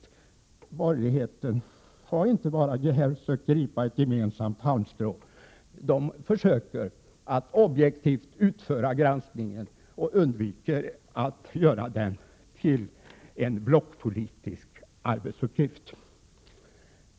De borgerliga har här inte sökt gemensamt gripa efter ett halmstrå, utan de försöker utföra granskningen objektivt och undviker att göra den till en blockpolitisk arbetsuppgift.